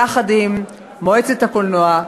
יחד עם מועצת הקולנוע,